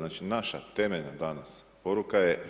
Znači, naša temeljna, danas, poruka je